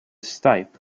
stipe